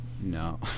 no